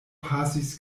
pasis